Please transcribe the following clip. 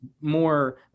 more